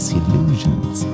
illusions